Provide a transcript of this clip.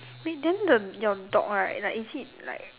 wait then the your dog right like is it like